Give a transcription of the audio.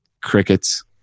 Crickets